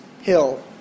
hill